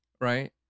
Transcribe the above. Right